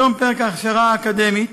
בתום פרק ההכשרה האקדמית,